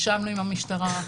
ישבנו עם המשטרה,